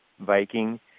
Viking